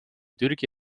türgi